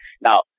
Now